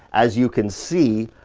as you can see,